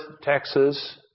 Texas